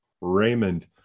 raymond